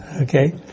okay